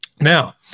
Now